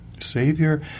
Savior